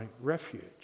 refuge